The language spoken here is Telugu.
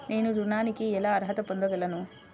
నేను ఋణానికి ఎలా అర్హత పొందగలను?